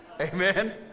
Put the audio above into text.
Amen